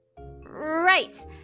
Right